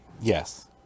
Yes